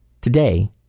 Today